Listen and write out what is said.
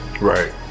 Right